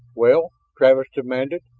well? travis demanded.